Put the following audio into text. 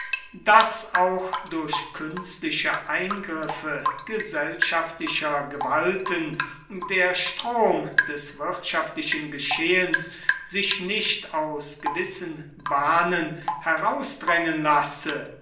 daß auch durch künstliche eingriffe gesellschaftlicher gewalten der strom des wirtschaftlichen geschehens sich nicht aus gewissen bahnen herausdrängen lasse